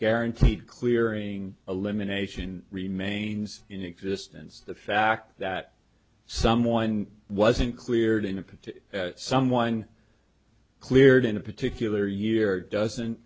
guaranteed clearing elimination remains in existence the fact that someone wasn't cleared in a project someone cleared in a particular year doesn't